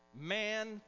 Man